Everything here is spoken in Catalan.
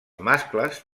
mascles